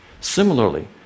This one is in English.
Similarly